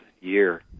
year